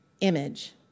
image